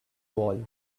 wall